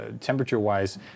temperature-wise